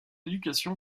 éducation